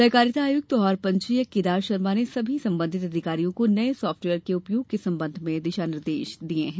सहकारिता आयुक्त और पंजीयक केदार शर्मा ने सभी संबंधित अधिकारियों को नये साफ्टवेयर के उपयोग के संबंध में दिशा निर्देश जारी कर दिये हैं